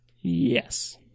Yes